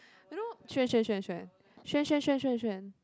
you know Shuan Shuan Shuan Shuan Shuan Shuan Shuan Shuan Shuan